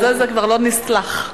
זה כבר לא נסלח.